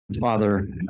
Father